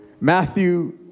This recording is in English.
Matthew